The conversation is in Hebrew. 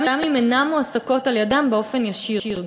גם אם אינן מועסקות על-ידם באופן ישיר.